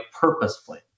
purposefully